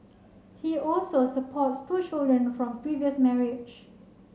he also supports two children from previous marriage